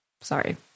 Sorry